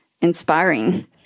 inspiring